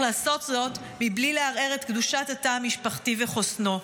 לעשות זאת מבלי לערער את קדושת התא המשפחתי וחוסנו.